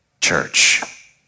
church